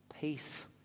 Peace